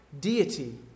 deity